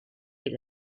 est